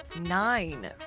nine